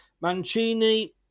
Mancini